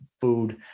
food